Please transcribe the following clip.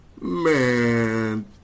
man